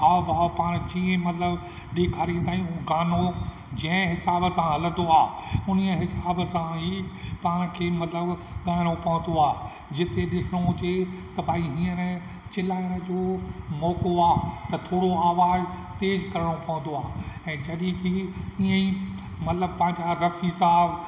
हाव भाव पाण कीअं मतिलबु ॾेखारींदा आहियूं गानो जंहिं हिसाब सां हलंदो आहे उन्हीअ हिसाब सां ई पाण खे मतिलबु ॻाइणो पवंदो आहे जिते ॾिसूं उते त भाई हींअर चिलाइण जो मौक़ो आहे त थोरो आवाज़ु तेज़ु करिणो पवंदो आहे ऐं जॾहिं की ईअं ई मतिलबु पंहिंजा रफ़ी साहब